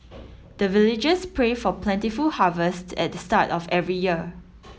the villagers pray for plentiful harvest at the start of every year